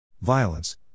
Violence